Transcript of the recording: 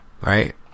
right